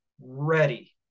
ready